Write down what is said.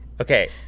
Okay